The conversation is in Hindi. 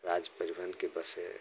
राज्य परिवहन की बसें